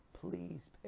please